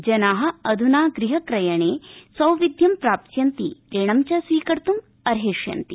जना अध्ना गृहक्रयणे सौविध्यं प्राप्स्यन्ति ऋणं च स्वीकर्तुमर्हिष्यन्ति